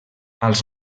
als